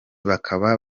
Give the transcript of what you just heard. bakaba